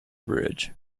bridge